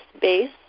base